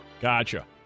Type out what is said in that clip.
Gotcha